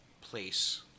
place